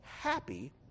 happy